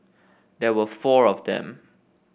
there were four of them